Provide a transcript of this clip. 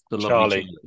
Charlie